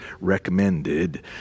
recommended